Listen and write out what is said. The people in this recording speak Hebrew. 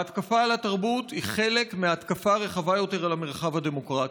ההתקפה על התרבות היא חלק מהתקפה רחבה יותר על המרחב הדמוקרטי,